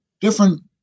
different